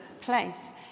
place